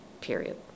period